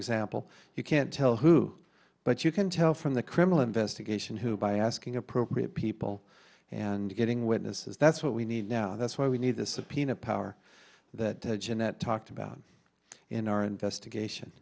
example you can't tell who but you can tell from the criminal investigation who by asking appropriate people and getting witnesses that's what we need now that's why we need the subpoena power that jeanette talked about in our investigation